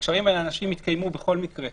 בעצמו או באמצעות אחר,